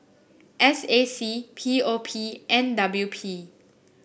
S A C P O P and W P